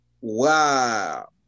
Wow